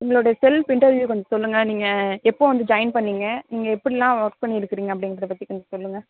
உங்களோடய self interview கொஞ்சம் சொல்லுங்க நீங்கள் எப்போ வந்து ஜாயின் பண்ணீங்க நீங்கள் எப்படிலாம் ஒர்க் பண்ணியிருக்குறிங்க அப்படிங்கறத பற்றி கொஞ்சம் சொல்லுங்க